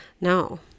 no